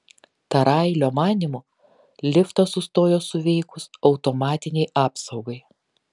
tarailio manymu liftas sustojo suveikus automatinei apsaugai